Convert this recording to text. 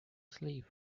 sleeve